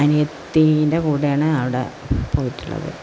അനിയത്തിയുടെ കൂടെയാണ് അവിടെ പോയിട്ടുള്ളത്